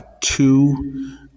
two